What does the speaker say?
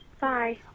Bye